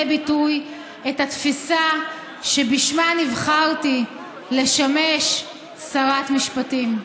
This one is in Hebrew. ביטוי את התפיסה שבשמה נבחרתי לשמש שרת משפטים.